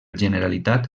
generalitat